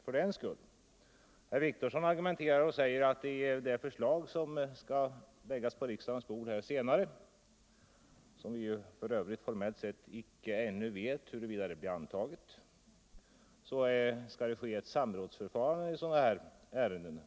När det gäller det förslag som senare skall läggas på riksdagens bord — ett förslag beträffande vilket vi formellt sett inte vet om det blir antaget = framhåller herr Wictorsson att ett samrådsförfarande skall ske i sådana här ärenden.